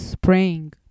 praying